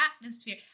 atmosphere